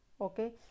okay